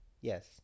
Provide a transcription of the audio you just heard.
Yes